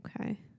Okay